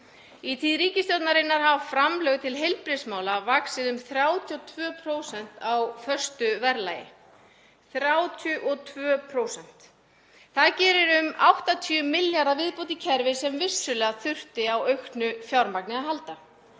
Í tíð ríkisstjórnarinnar hafa framlög til heilbrigðismála vaxið um 32% á föstu verðlagi — 32%. Það gerir um 80 milljarða viðbót í kerfi sem vissulega þurfti á auknu fjármagni að halda.